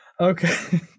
Okay